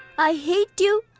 i hate you,